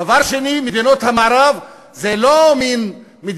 דבר שני, מדינות המערב הן לא מדינות